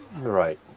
right